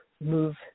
move